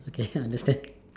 okay understand